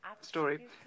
story